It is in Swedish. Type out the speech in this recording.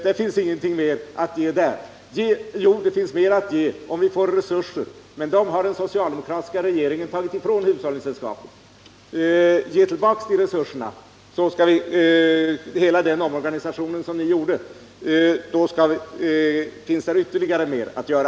Vi kan inte komma mycket längre på den vägen. Möjligen skulle vi kunna göra det om vi får resurser, men dem har den socialdemokratiska regeringen tagit ifrån hushållningssällskapen genom hela den omorganisation som gjorts. Ge tillbaka dessa resurser, så skall vi använda dem till de ytterligare försök som finns att göra!